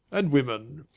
and women.